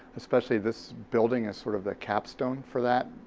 especially this building is sort of the capstone for that.